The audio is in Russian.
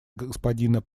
господина